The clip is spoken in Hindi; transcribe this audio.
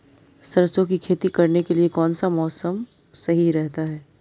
सरसों की खेती करने के लिए कौनसा मौसम सही रहता है?